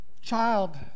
child